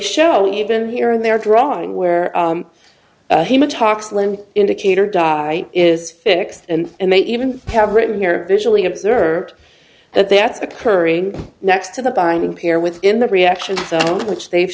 show even here and there drawing where talk slim indicator dye is fixed and they even have written here visually observed that that's occurring next to the binding peer within the reactions which they've